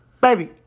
Baby